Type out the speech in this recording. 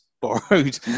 borrowed